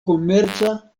komerca